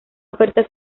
oferta